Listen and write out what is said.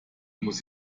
muss